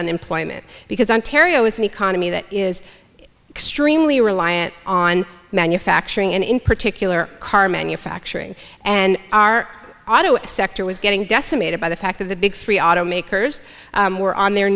unemployment because ontario is an economy that is extremely reliant on manufacturing and in particular car manufacturing and our auto sector was getting decimated by the fact that the big three automakers were on their